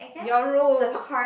your room